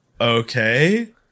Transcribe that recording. Okay